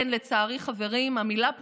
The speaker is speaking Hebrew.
כן, לצערי, חברים, המילה "פרוטקשן"